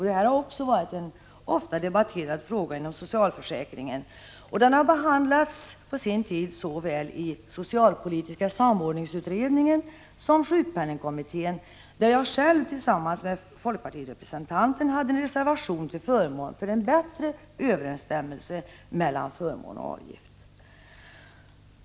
Detta har varit en ofta debatterad fråga inom socialförsäkringen, och den behandlades på sin tid såväl i socialpolitiska samordningsutredningen som i sjukpenningkommittén, där jag själv tillsammans med folkpartirepresentanten hade en reservation om en bättre överensstämmelse mellan förmån och avgift.